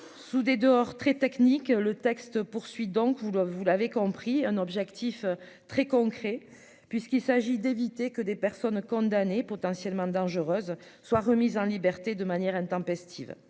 sous des dehors très technique, le texte poursuit donc vous le vous l'avez compris un objectif très concret, puisqu'il s'agit d'éviter que des personnes condamnées potentiellement dangereuses soit remise en liberté de manière intempestive,